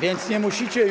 więc nie musicie